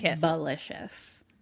delicious